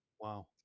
Wow